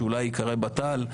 שאולי ייקרא בט"ל,